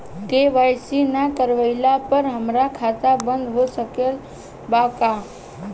KYC ना करवाइला पर हमार खाता बंद हो सकत बा का?